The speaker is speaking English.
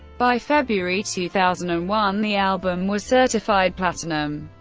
by february two thousand and one, the album was certified platinum.